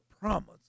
promise